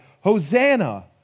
Hosanna